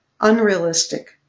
unrealistic